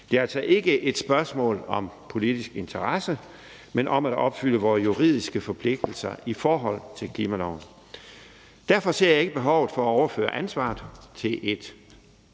Det er altså ikke et spørgsmål om politiske interesser, men om at opfylde vore juridiske forpligtelser i forhold til klimaloven. Derfor ser jeg ikke behovet for at overføre ansvaret til et